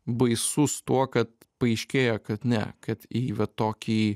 baisus tuo kad paaiškėja kad ne kad į va tokį